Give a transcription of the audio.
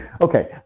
Okay